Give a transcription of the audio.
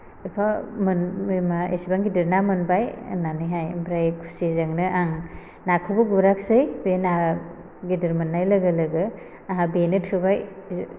एफा मोन बे मा एसेबां गिदिर ना मोनबाय होन्नानैहाय आमफाय खुसिजोंनो आं नाखौबो गुरासै बेना गेदेर मोन्नाय लोगो लोगो आहा बेनो थोबाय थो